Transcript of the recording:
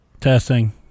Testing